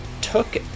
took